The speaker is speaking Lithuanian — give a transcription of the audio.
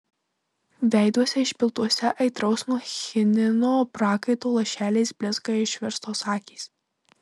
veiduose išpiltuose aitraus nuo chinino prakaito lašeliais blizga išverstos akys